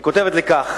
היא כותבת לי כך: